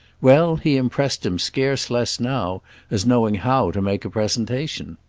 well, he impressed him scarce less now as knowing how to make a presentation.